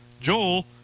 Joel